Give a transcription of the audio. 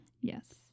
Yes